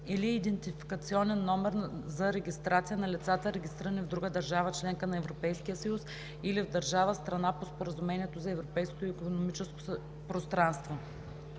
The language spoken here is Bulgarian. или идентификационен номер за регистрация на лицата, регистрирани в друга държава – членка на Европейския съюз, или в държава – страна по Споразумението за Европейското икономическо пространство;